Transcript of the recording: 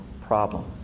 problem